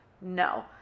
No